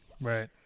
Right